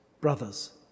brothers